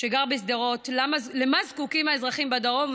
שגר בשדרות: למה זקוקים האזרחים בדרום,